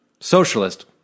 socialist